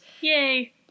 yay